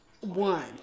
one